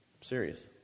serious